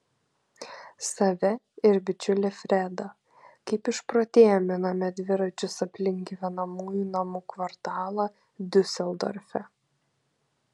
save ir bičiulį fredą kaip išprotėję miname dviračius aplink gyvenamųjų namų kvartalą diuseldorfe